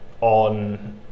on